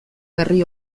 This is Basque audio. berri